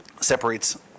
separates